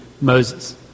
Moses